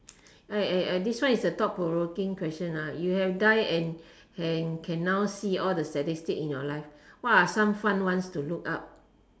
I I I this one is a thought provoking question ah you have died and and can now see all the statistics in your life what are some fun ones to look up